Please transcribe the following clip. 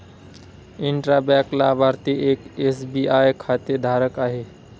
intra bank लाभार्थी एक SBI खातेधारक आहे